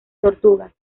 tortugas